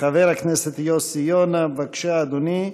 חבר הכנסת יוסי יונה, בבקשה, אדוני,